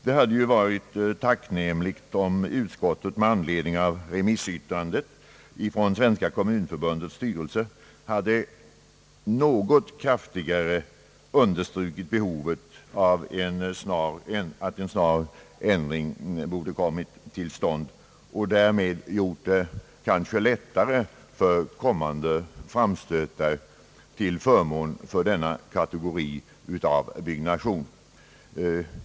Det hade ju varit tackknämligt, om utskottet med anledning av <remissyttrandet från Svenska kommunförbundet något kraftigare understrukit behovet av att en snar ändring kommit till stånd och därmed gjort det kanske lättare för kommande framstötar till förmån för denna kategori av byggnation.